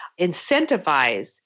incentivize